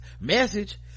Message